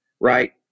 right